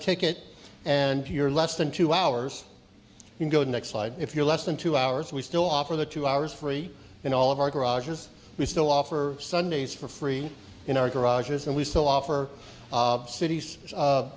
ticket and you're less than two hours you go the next slide if you're less than two hours we still offer the two hours free in all of our garages we still offer sundays for free in our garages and we still offer cities